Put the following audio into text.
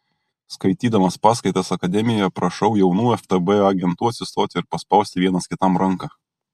skaitydamas paskaitas akademijoje prašau jaunų ftb agentų atsistoti ir paspausti vienas kitam ranką